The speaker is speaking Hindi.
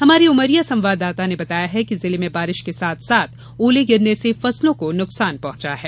हमारे उमरिया संवाददाता ने बताया है कि जिले में बारिश के साथ साथ ओले गिरने से फसलों को नुकसान पहुंचा है